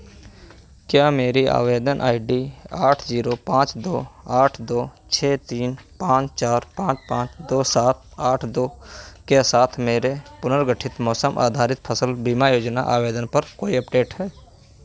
क्या मेरी आवेदन आई डी आठ जीरो पाँच दो आठ दो छः तीन पाँच चार पाँच पाँच दो सात आठ दो के साथ मेरे पुनर्गठित मौसम आधारित फ़सल बीमा योजना आवेदन पर कोई अपडेट है